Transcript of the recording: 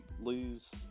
lose